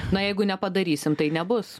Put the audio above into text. na jeigu nepadarysim tai nebus